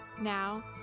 Now